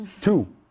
Two